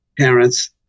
parents